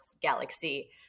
galaxy